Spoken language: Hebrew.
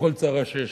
מכל צרה שיש.